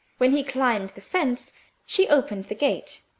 when he climbed the fence she opened the gate.